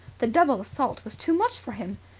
the double assault was too much for him.